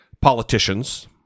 politicians